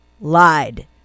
lied